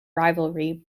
rivalry